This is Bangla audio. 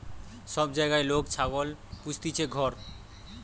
সব জাগায় লোক ছাগল পুস্তিছে ঘর